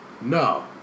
no